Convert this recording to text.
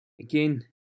again